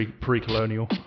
pre-colonial